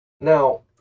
Now